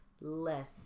less